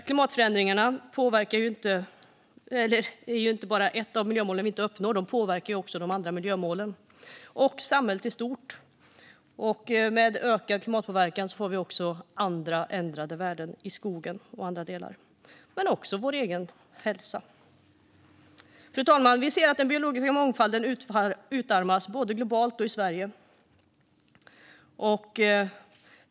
Klimatförändringarna är inte bara ett av de miljömål vi inte uppnår; de påverkar också de andra miljömålen och samhället i stort. Med ökad klimatpåverkan får vi också andra ändrade värden i skogen och i andra delar. Det handlar även om vår egen hälsa. Fru talman! Vi ser att den biologiska mångfalden utarmas både globalt och i Sverige.